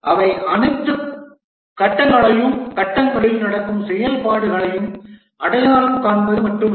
அவை அனைத்து கட்டங்களையும் கட்டங்களில் நடக்கும் செயல்பாடுகளையும் அடையாளம் காண்பது மட்டுமல்ல